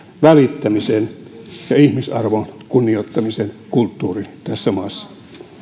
välittämisen ja ihmisarvon kunnioittamisen kulttuuri tässä maassa